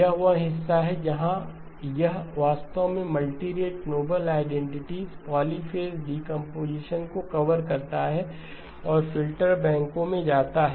यह वह हिस्सा है जहां यह वास्तव में multirate noble identities polyphase decomposition को कवर करता है और फिल्टर बैंकों में जाता है